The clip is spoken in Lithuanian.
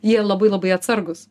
jie labai labai atsargūs